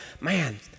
man